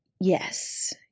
yes